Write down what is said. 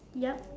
yup